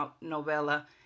novella